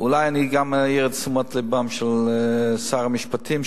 אולי אני אעיר גם את תשומת לבו של שר המשפטים,